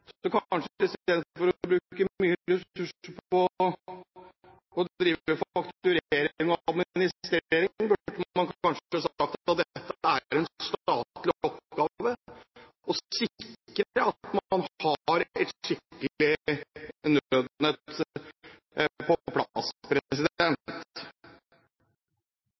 for å bruke mye ressurser på å drive fakturering og administrering, burde man kanskje sagt at det er en statlig oppgave å sikre at man har et skikkelig nødnett på plass.